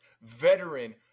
veteran